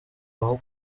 aho